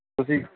ਤੁਸੀਂ